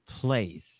place